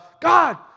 God